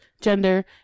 gender